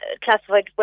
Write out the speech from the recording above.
classified